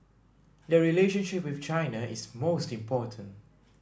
the relationship with China is most important